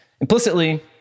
Implicitly